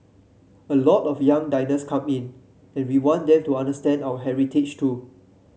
a lot of young diners come in and we want them to understand our heritage too